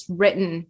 written